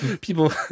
people